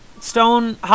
Stone